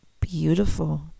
beautiful